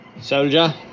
Soldier